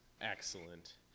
Excellent